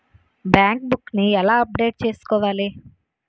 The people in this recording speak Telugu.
బ్యాంక్ బుక్ నీ ఎలా అప్డేట్ చేసుకోవాలి?